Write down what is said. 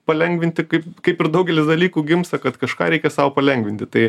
palengvinti kaip kaip ir daugelis dalykų gimsta kad kažką reikia sau palengvinti tai